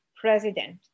president